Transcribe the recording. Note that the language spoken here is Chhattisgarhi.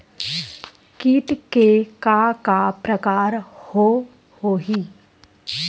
कीट के का का प्रकार हो होही?